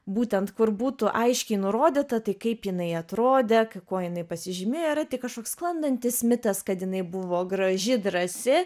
būtent kur būtų aiškiai nurodyta tai kaip jinai atrodė kuo jinai pasižymėjo yra tik kažkoks sklandantis mitas kad jinai buvo graži drąsi